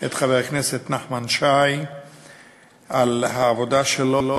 את חבר הכנסת נחמן שי על העבודה שלו,